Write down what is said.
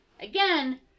Again